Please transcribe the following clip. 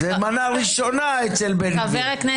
זו מנה ראשונה אצל בן גביר,